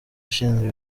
ashinzwe